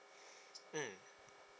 mm